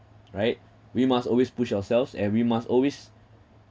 right we must always push ourselves and we must always